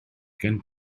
gen